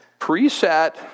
preset